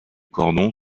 cordon